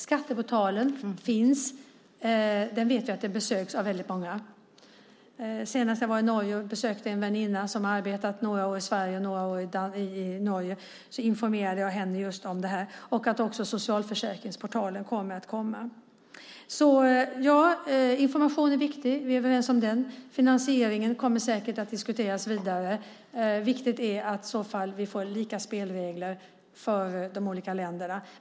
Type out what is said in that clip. Skatteportalen finns och besöks av många. Senast jag var i Norge och besökte en väninna som har arbetat några år i Sverige och några i Norge informerade jag henne om detta. Socialförsäkringsportalen kommer också. Information är viktigt; det är vi överens om. Finansieringen kommer säkert att diskuteras vidare. Viktigt är i så fall att vi får lika spelregler för de olika länderna.